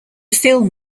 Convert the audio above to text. film